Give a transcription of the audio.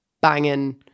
Banging